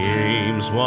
Games